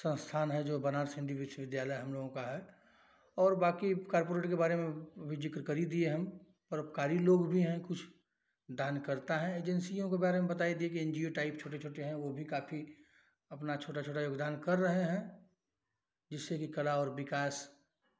सँस्थान है जो बनारस हिन्दू विश्वविद्यालय हमलोगों का है और बाकी कॉापोरेट के बारे में भी ज़िक्र कर ही दिए हम परोपकारी लोग भी हैं कुछ दानकर्ता है एजेन्सियों के बारे में बता ही दिए कि एन जी ओ टाइप छोटे छोटे हैं वह भी काफ़ी अपना छोटा छोटा योगदान कर रहे हैं जिससे कि कला और विकास